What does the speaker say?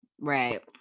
Right